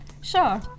Sure